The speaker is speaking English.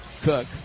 Cook